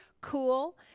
cool